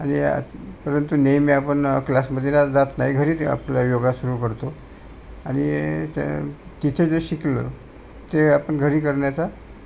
आणि यात परंतु नेहमी आपण क्लासमध्ये जा जात नाही घरीच आपला योग सुरू करतो आणि त्या तिथे जे शिकलं ते आपण घरी करण्याचा